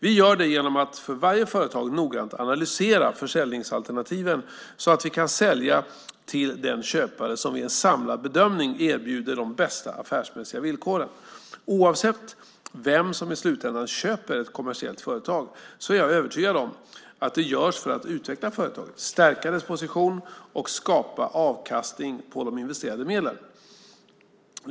Vi gör det genom att för varje företag noggrant analysera försäljningsalternativen så att vi kan sälja till den köpare som vid en samlad bedömning erbjuder de bästa affärsmässiga villkoren. Oavsett vem som i slutändan köper ett kommersiellt företag är jag övertygad om att det görs för att utveckla företaget, stärka dess position och skapa avkastning på de investerade medlen.